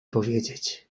powiedzieć